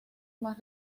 más